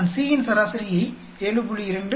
நான் C ன் சராசரியை 7